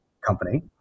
company